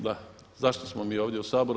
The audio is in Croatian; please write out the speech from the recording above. Da zašto smo mi ovdje u Saboru?